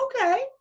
okay